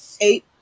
Eight